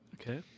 Okay